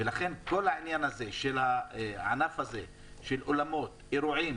כל העניין של אולמות אירועים